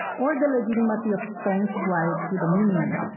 or the legitimacy of spain's right to dominion.